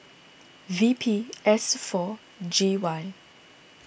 V P S four G Y